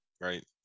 right